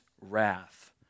wrath